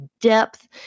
depth